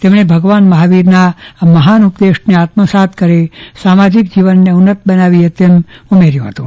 તેમણે ભગવાન મહાવીરના આ મહાન ઉપદેશને આત્મસાત કરી સામાજીક જીવનને ઉન્નત બનાવીએ તેમ રાજયપાલે ઉમેર્યું હતું